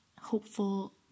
hopeful